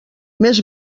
més